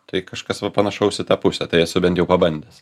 tai kažkas va panašaus į tą pusę tai esu bent jau pabandęs